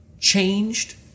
changed